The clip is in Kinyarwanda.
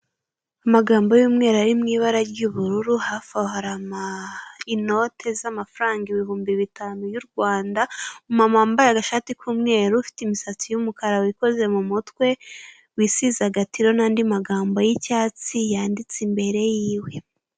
Amagambo ari mu ibara ry'ubururu hafi aho hari ama inote z'amafaranga ibihumbi bitanu y' u Rwanda, umumama wambaye agashati k'umweru ufite imisatsi y'umukara wikoze mu mutwe wisize agatiro n'andi magambo y'icyatsi yanditse imbere yiwe.